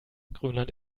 grönland